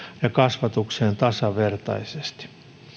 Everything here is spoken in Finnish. ja kasvatukseen tasavertaisesti